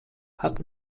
hat